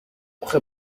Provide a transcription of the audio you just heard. اخه